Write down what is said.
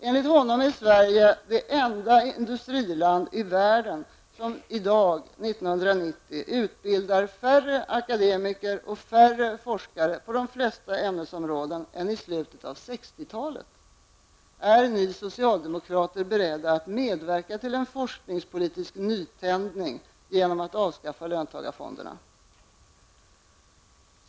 Enligt honom är Sverige det enda industriland i världen som 1990 utbildar färre akademiker och färre forskare på de flesta ämnesområden än i slutet av 60-talet. Är ni socialdemokrater beredda att medverka till en forskningspolitisk nytändning genom att avskaffa löntagarfonderna?